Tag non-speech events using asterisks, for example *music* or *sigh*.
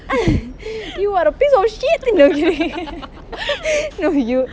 *noise* you are the piece of shit in the *laughs* no you